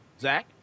Zach